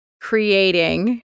creating